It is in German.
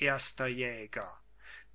erster jäger